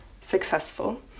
successful